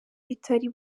bitari